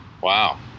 Wow